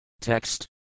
Text